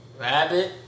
Rabbit